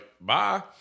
bye